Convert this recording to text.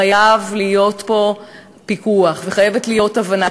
חייב להיות פה פיקוח וחייבת להיות הבנה,